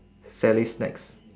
sally's snacks